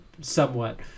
somewhat